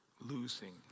losing